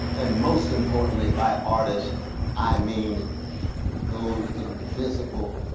and most importantly by artist i mean those invisible,